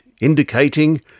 indicating